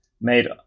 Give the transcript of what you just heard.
made